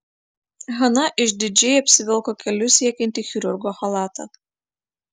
hana išdidžiai apsivilko kelius siekiantį chirurgo chalatą